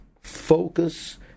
focus